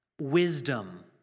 wisdom